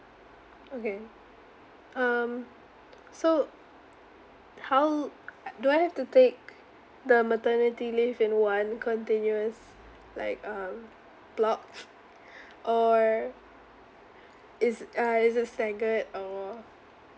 okay um so how I do I have to take the maternity leave in one continuous like um block or is uh is it staggered or